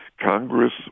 Congress